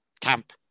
camp